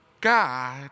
God